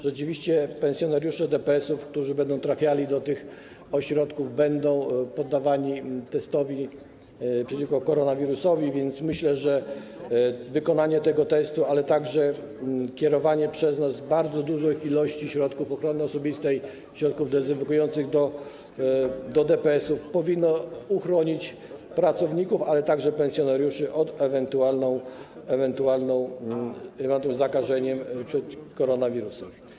Rzeczywiście pensjonariusze DPS-ów, którzy będą trafiali do tych ośrodków, będą poddawani testowi przeciwko koronawirusowi, więc myślę, że wykonanie tego testu, ale także kierowanie przez nas bardzo dużych ilości środków ochrony osobistej, środków dezynfekujących do DPS-ów powinno uchronić pracowników, ale także pensjonariuszy przed ewentualnym zakażeniem koronawirusem.